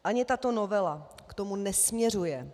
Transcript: Ani tato novela k tomu nesměřuje.